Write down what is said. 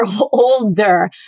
older